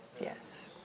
Yes